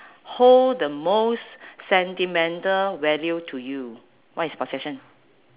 hold the most sentimental value to you what is possession